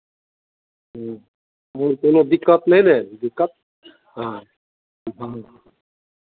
ह्म्म कहलहुँ कोनो दिक्कत नहि ने दिक्कत हँ हँ